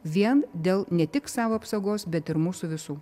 vien dėl ne tik savo apsaugos bet ir mūsų visų